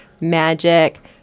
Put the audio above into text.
magic